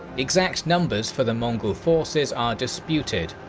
exact numbers for the mongol forces are disputed,